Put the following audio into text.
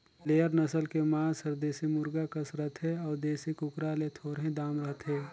layer नसल के मांस हर देसी मुरगा कस रथे अउ देसी कुकरा ले थोरहें दाम रहथे